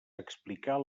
explicar